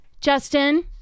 Justin